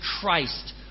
Christ